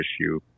issue